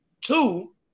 Two